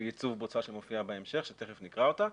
ייצוב בוצה שמופיעה בהמשך ותכף נקרא אותה.